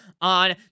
on